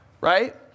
right